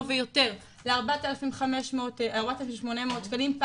ויותר לארבעת אלפים שמונה מאות שקלים,